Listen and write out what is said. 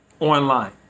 online